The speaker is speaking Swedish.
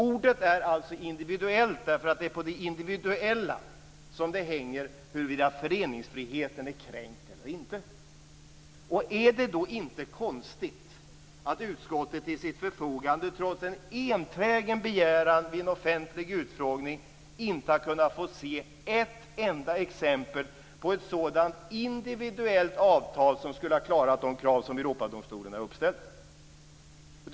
Ordet är alltså individuell, därför att det är på det individuella som det hänger huruvida föreningsfriheten är kränkt eller inte. Är det då inte konstigt att utskottet till sitt förfogande, trots en enträgen begäran vid en offentlig utfrågning, inte har kunnat få se ett enda exempel på ett sådant individuellt avtal som skulle ha klarat de krav som Europadomstolen har ställt upp?